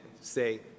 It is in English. say